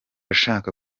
nshaka